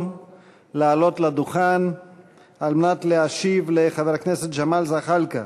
לעלות לדוכן על מנת להשיב לחבר הכנסת ג'מאל זחאלקה